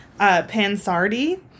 Pansardi